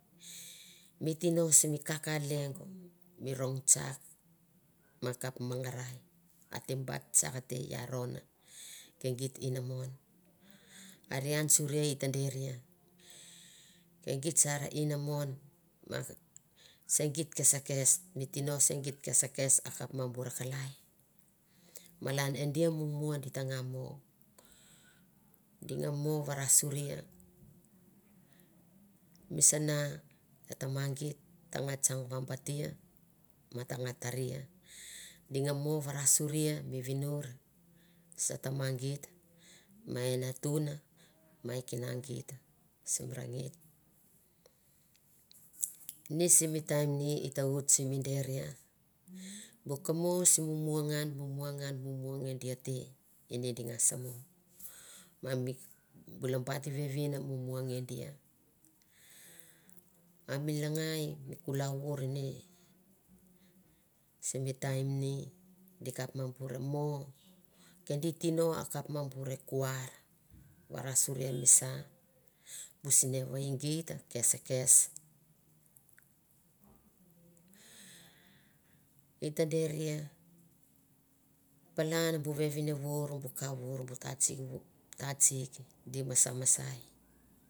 mi tino simi kaka lengo mi rong tsaka ma kap mamangarai a te bat tsak te i aron ke git inamon areiam surie i ta deria kegit sarina mon ma segiet kesakes mi tino segit kesakes a kap ma bur kalalai malan e di muamua di ta nga mo di nga mo varasoria mi sana e tama kita ta nga tsang vabatia ma ta nga taria di nga mo varasuri mi vinur se tama gite ma e natuna ma e kina gita sim rangit ni simi taim ni i ta otie simi deri bu komosi mumua nge mumua nge mumua nge dia te ini di ngusa mo ma mi bu labatevine mumu nge dia ma mi langai mumua nge dia simi taim ni a, kap ba bur mo ke di tino a kap ma bure kuran varasuri bu sinevei gir kesekes i ta deria palan bu vevine vor bu ka vor bu ta tatsik bu tatsik di masamasai.